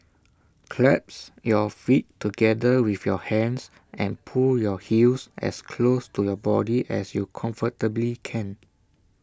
clasp your feet together with your hands and pull your heels as close to your body as you comfortably can